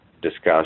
discussed